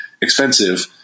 expensive